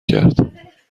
کرد